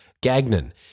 Gagnon